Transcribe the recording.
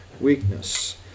weakness